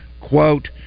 quote